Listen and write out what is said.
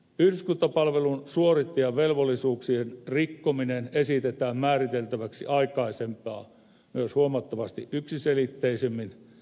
yhdyskuntapalvelun suorittajan velvollisuuksien rikkominen esitetään määriteltäväksi myös aikaisempaa huomattavasti yksiselitteisemmin